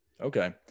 Okay